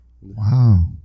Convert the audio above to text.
Wow